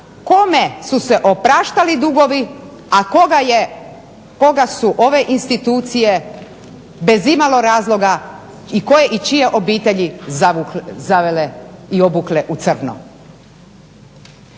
kome su se opraštali dugovi, a koga su ove institucije bez imalo razloga i koje i čije obitelji zavele i obukle u crno.